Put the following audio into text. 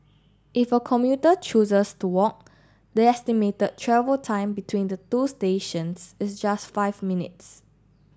if a commuter chooses to won the estimated travel time between the two stations is just five minutes